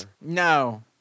No